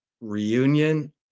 reunion